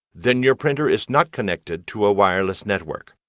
then your printer is not connected to a wireless network.